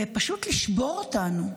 ופשוט לשבור אותנו,